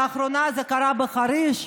לאחרונה זה קרה בחריש.